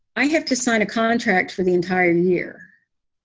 i have to sign a contract for the entire year.